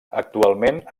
actualment